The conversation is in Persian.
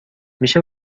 میشه